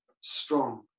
strong